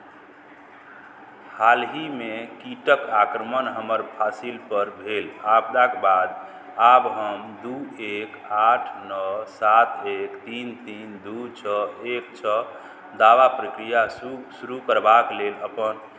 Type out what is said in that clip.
हालहिमे कीटक आक्रमण हमर फसिलपर भेल आपदाक बाद आब हम दू एक आठ नओ सात एक तीन तीन दू छओ एक छओ दावा प्रक्रिया शुरू शुरू करबाक लेल अपन